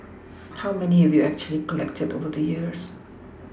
how many have you actually collected over the years